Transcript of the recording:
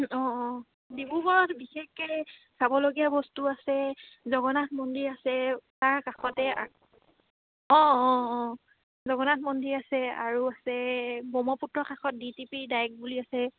অঁ অঁ ডিব্ৰুগড়ত বিশেষকে চাবলগীয়া বস্তু আছে জগন্নাথ মন্দিৰ আছে তাৰ কাষতে অঁ অঁ অঁ জগন্নাথ মন্দিৰ আছে আৰু আছে ব্ৰহ্মপুত্ৰ কাষত ডি টি চি ডায়ক বুলি আছে